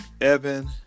Evan